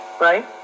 right